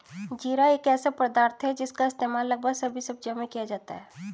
जीरा एक ऐसा पदार्थ है जिसका इस्तेमाल लगभग सभी सब्जियों में किया जाता है